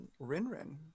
Rinrin